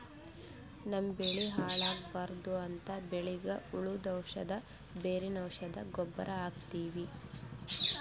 ನಮ್ಮ್ ಬೆಳಿ ಹಾಳ್ ಆಗ್ಬಾರ್ದು ಅಂತ್ ಬೆಳಿಗ್ ಹುಳ್ದು ಔಷಧ್, ಬೇರಿನ್ ಔಷಧ್, ಗೊಬ್ಬರ್ ಹಾಕ್ತಿವಿ